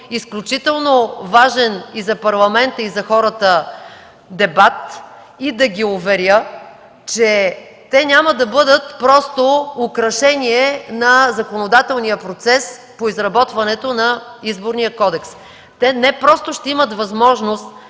изключително важен и за парламента, и за хората дебат, и да ги уверя, че те няма да бъдат просто украшение на законодателния процес по изработването на Изборния кодекс. Те не просто ще имат пълна възможност